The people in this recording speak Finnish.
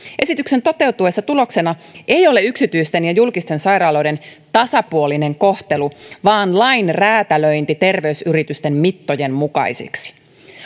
esityksen toteutuessa tuloksena ei ole yksityisten ja julkisten sairaaloiden tasapuolinen kohtelu vaan lain räätälöinti terveysyritysten mittojen mukaiseksi